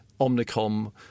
Omnicom